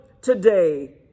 today